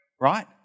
Right